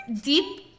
deep